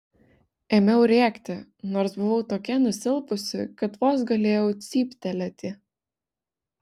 ėmiau rėkti nors buvau tokia nusilpusi kad vos galėjau cyptelėti